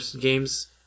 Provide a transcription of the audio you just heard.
games